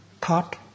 thought